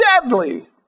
deadly